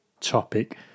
topic